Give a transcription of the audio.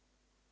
Hvala.